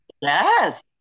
yes